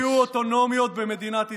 לא יהיו אוטונומיות במדינת ישראל.